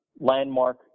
landmark